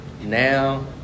now